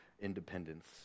independence